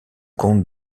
comte